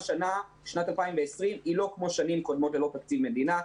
שנת 2020 היא לא כמו שנים קודמות ללא תקציב מדינה.